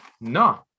no